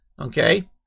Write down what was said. Okay